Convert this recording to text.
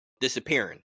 disappearing